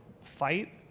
fight